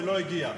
ולא הגיע.,